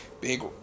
big